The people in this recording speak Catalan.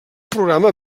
programa